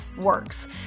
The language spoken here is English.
works